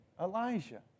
Elijah